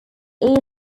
air